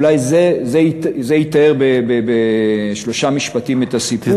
אולי זה יתאר בשלושה משפטים את הסיפור.